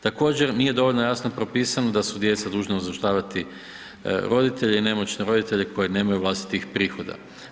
Također, nije dovoljno jasno propisano da su djeca dužna uzdržavati roditelje i nemoćne roditelje koji nemaju vlastitih prihoda.